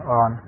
on